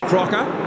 Crocker